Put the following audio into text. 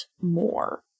more